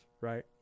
right